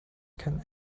can